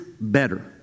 better